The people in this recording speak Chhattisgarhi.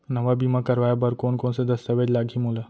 नवा बीमा करवाय बर कोन कोन स दस्तावेज लागही मोला?